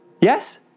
Yes